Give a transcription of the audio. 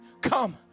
come